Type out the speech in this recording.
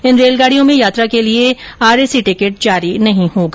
इन रेलगाड़ियों में यात्रा के लिए आर ए सी टिकट जारी नहीं होगा